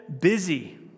busy